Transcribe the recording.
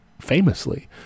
Famously